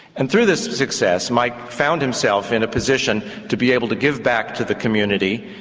and through this success mike found himself in a position to be able to give back to the community,